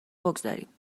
بگذاریم